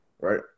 right